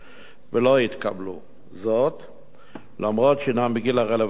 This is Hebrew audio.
ולא התקבלו אף שהם בגיל הרלוונטי.